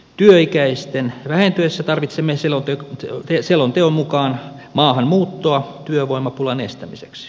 työikäisten vähentyessä tarvitsemme selonteon mukaan maahanmuuttoa työvoimapulan estämiseksi